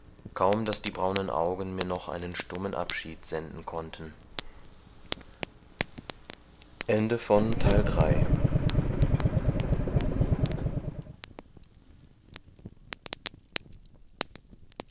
kaum daß die braunen augen mir noch einen stummen abschied senden konnten